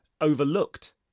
overlooked